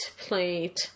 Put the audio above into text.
plate